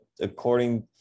according